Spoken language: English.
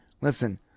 listen